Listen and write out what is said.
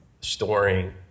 storing